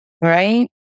right